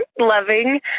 loving